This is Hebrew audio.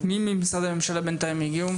מי ממשרדי הממשלה הגיע?